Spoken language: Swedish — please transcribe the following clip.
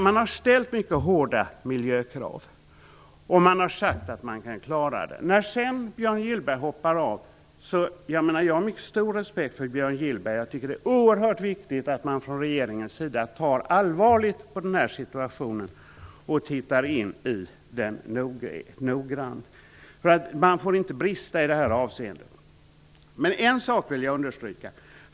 Man har ställt mycket hårda miljökrav, och man har sagt att man kan klara dem. Sedan hoppar Björn Gillberg av. Jag har mycket stor respekt för Björn Gillberg. Jag tycker att det är oerhört viktigt att regeringen tar den här situationen på allvar. Man får inte brista i det här avseendet. Men en sak vill jag understryka.